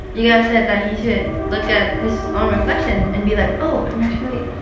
you guys said that he should look at his own reflection and be like, oh, i'm actually.